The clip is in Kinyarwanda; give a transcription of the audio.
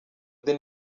the